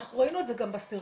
ראינו את זה גם בסרטון.